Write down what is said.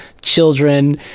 children